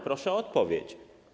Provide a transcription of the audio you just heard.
Proszę o odpowiedź.